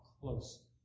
close